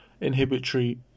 inhibitory